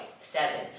seven